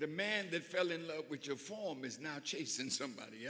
the man that fell in love with your form is now chasing somebody